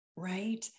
Right